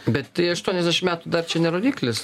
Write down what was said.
bet tai aštuoniasdešim metų dar čia ne rodiklis